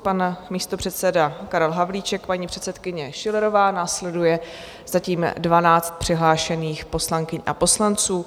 Pan místopředseda Karel Havlíček, paní předsedkyně Schillerová, následuje zatím dvanáct přihlášených poslankyň a poslanců.